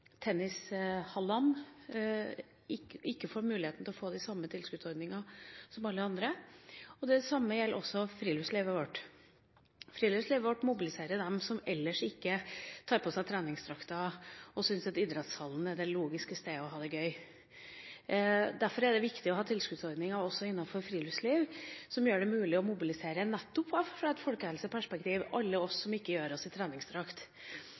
ikke får muligheten til å få de samme tilskuddsordningene som alle andre. Det samme gjelder også friluftslivet vårt. Friluftslivet vårt mobiliserer dem som ellers ikke tar på seg treningsdrakten og syns at idrettshallen er det logiske stedet å ha det gøy. Derfor er det viktig å ha tilskuddsordninger også innenfor friluftsliv som gjør det mulig å mobilisere nettopp fra et folkehelseperspektiv, alle vi som ikke gjør oss i treningsdrakt.